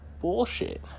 bullshit